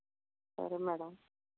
సరే మేడం